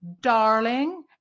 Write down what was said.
Darling